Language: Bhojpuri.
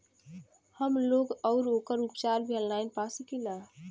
हमलोग रोग अउर ओकर उपचार भी ऑनलाइन पा सकीला?